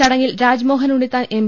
ചടങ്ങിൽ രാജ്മോഹൻ ഉണ്ണിത്താൻ എം